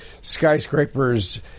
skyscrapers